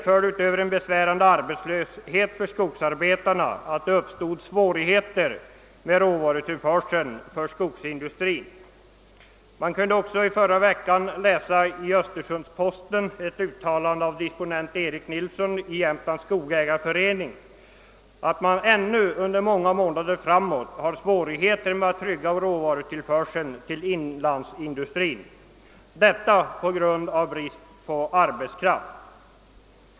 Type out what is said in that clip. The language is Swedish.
Förutom en besvärande arbetslöshet bland skogsarbetarna uppstod svårigheter med råvarutillförseln för skogsindustrin. Man kunde också i förra veckan i Östersunds-Posten läsa ett uttalande av disponent Erik Nilsson i Jämtlands skogsägareförening, att man ännu under många månader framåt hade svårigheter med att trygga råvarutillförseln till inlandsindustrin, detta på grund av brist på arbetskraft.